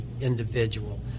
individual